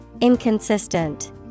Inconsistent